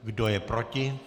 Kdo je proti?